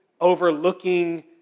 overlooking